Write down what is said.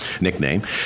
nickname